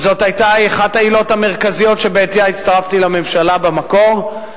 זו היתה אחת העילות המרכזיות שבעטיה הצטרפתי לממשלה במקור,